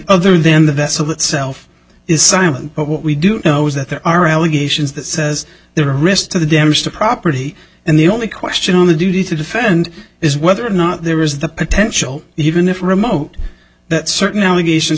other then the vessel itself is silent but what we do know is that there are allegations that says there are risks to the damage to property and the only question on the duty to defend is whether or not there is the potential even if remote that certain allegations